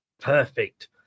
Perfect